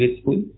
school